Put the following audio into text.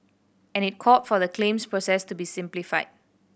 and it called for the claims process to be simplified